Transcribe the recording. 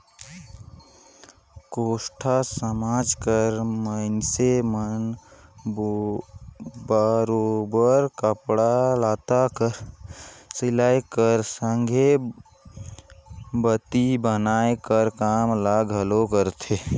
कोस्टा समाज कर मइनसे मन बरोबेर कपड़ा लत्ता कर सिलई कर संघे बाती बनाए कर काम ल घलो करथे